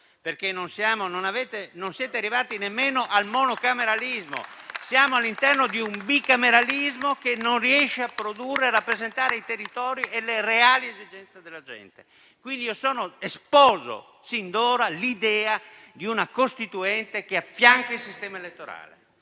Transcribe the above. Non siete arrivati infatti nemmeno al monocameralismo. Siamo all'interno di un bicameralismo che non riesce a rappresentare i territori e le reali esigenze della gente. Sposo quindi sin d'ora l'idea di una Costituente che affianchi il sistema elettorale.